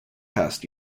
past